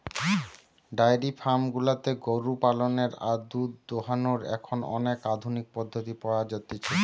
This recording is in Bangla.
ডায়েরি ফার্ম গুলাতে গরু পালনের আর দুধ দোহানোর এখন অনেক আধুনিক পদ্ধতি পাওয়া যতিছে